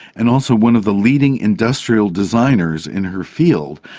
and also one of the leading industrial designers in her field.